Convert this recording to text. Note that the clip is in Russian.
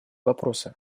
вопросы